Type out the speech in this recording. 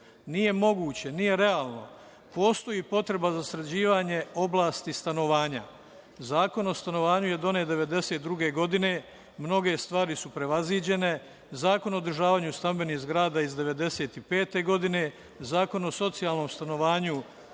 Nije moguće, nije realno. Postoji potreba za sređivanje oblasti stanovanja. Zakon o stanovanju je donet 1992. godine, mnoge stvari su prevaziđene. Zakon o održavanju stambenih zgrada je iz 1995. godine, Zakon o socijalnom stanovanju